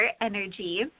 energy